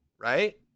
Right